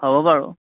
হ'ব বাৰু